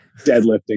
deadlifting